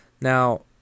Now